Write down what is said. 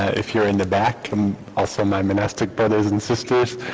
if you're in the back. and also, my monastic brothers and sisters,